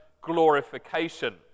glorification